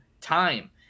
time